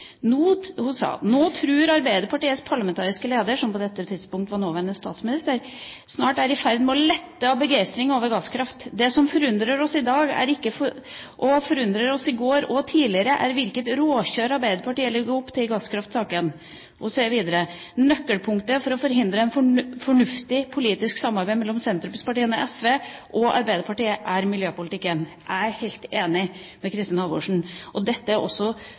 Arbeiderpartiets parlamentariske leder» – som på dette tidspunkt var nåværende statsminister – «snart er i ferd med å lette av begeistring over gasskraftverk.» Hun sier videre: «Det som forundrer oss i dag, og som forundret oss i går og tidligere, er hvilket råkjør Arbeiderpartiet legger opp til i gasskraftsaken.» Og: «Nøkkelpunktet for å forhindre et fornuftig politisk samarbeid mellom sentrumspartiene, SV og Arbeiderpartiet er miljøpolitikken.» Jeg er helt enig med Kristin Halvorsen. Dette er også